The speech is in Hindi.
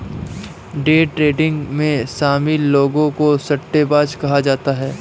डे ट्रेडिंग में शामिल लोगों को सट्टेबाज कहा जाता है